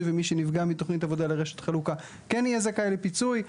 ומי שנפגע מתכנית עבודה לרשת חלוקה כן יהיה זכאי לפיצוי.